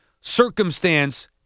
circumstance